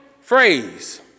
phrase